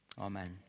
Amen